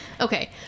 Okay